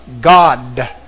God